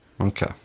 okay